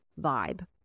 vibe